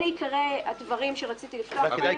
אלה עיקרי הדברים שרציתי לפתוח בהם ------ לא,